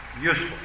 useful